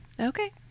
okay